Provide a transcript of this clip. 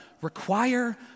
require